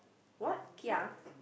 what kia